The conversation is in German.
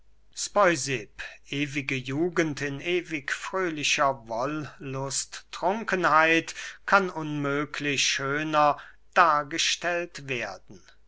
speusipp ewige jugend in ewig fröhlicher wollusttrunkenheit kann unmöglich schöner dargestellt werden